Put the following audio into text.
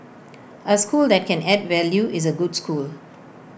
A school that can add value is A good school